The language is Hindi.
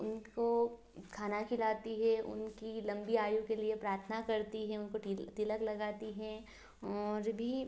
उनको खाना खिलाती हैं उनकी लम्बी आयु के लिए प्रार्थना करती हैं उनको तिलक लगा तिलक लगाती हैं और भी